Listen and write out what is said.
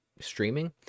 streaming